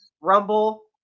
Rumble